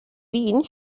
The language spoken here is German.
wien